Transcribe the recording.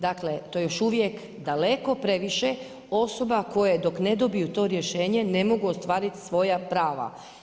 Dakle, to je još uvijek daleko previše osoba koje dok ne dobiju to rješenje ne mogu ostvariti svoja prava.